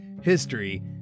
history